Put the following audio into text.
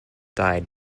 died